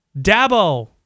Dabo